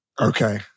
Okay